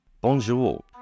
Bonjour